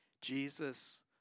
Jesus